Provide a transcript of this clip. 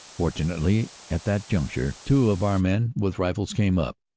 fortunately at that juncture two of our men with rifles came up.